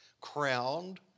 crowned